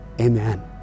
Amen